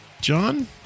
John